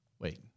Wait